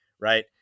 right